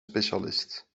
specialist